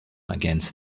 against